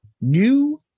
new